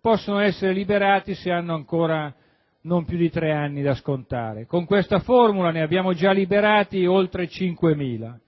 possono essere liberati, se hanno ancora da scontare non più di tre anni. Con questa formula, ne abbiamo già liberati oltre 5.000.